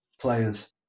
players